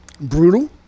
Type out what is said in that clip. brutal